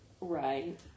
right